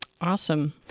Awesome